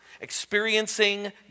experiencing